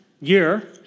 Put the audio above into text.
year